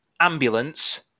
ambulance